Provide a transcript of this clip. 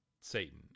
Satan